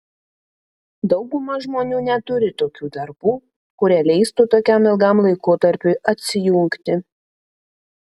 dauguma žmonių neturi tokių darbų kurie leistų tokiam ilgam laikotarpiui atsijungti